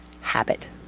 habit